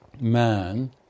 man